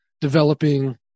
developing